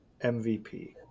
MVP